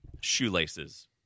shoelaces